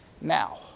Now